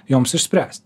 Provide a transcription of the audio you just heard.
joms išspręsti